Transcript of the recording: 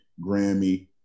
Grammy